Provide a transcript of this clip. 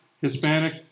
Hispanic